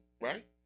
right